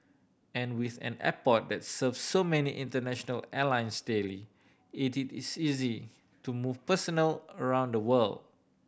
and with an airport that serves so many international airlines daily it it is easy to move personnel around the world